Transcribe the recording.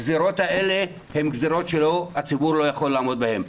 הגזירות האלה הן גזירות שהציבור לא יכול לעמוד בהן.